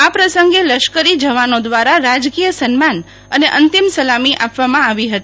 આ પ્રસંગે લશ્કરી જવાનો દ્વારા રાજકીય સન્માન અને અંતિમ સલામી આપવામાં આવી હતી